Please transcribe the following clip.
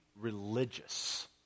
religious